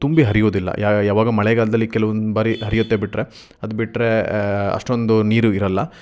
ತುಂಬಿ ಹರಿಯೋದಿಲ್ಲ ಯಾವಾಗ ಮಳೆಗಾಲದಲ್ಲಿ ಕೆಲವೊಂದು ಬಾರಿ ಹರಿಯುತ್ತೆ ಬಿಟ್ಟರೆ ಅದುಬಿಟ್ರೆ ಅಷ್ಟೊಂದು ನೀರು ಇರೋಲ್ಲ